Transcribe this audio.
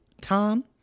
Tom